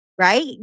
right